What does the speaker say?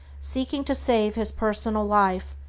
seeking to save his personal life,